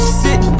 sit